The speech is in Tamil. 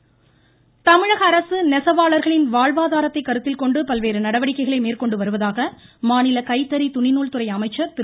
மணியன் நாமக்கல் தமிழகஅரசு நெசவாளர்களின் வாழ்வாதாரத்தைக் கருத்தில்கொண்டு பல்வேறு நடவடிக்கைகளை மேற்கொண்டு வருவதாக மாநில கைத்தறி துணி நூல் துறை அமைச்சர் திரு